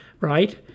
right